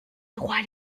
droit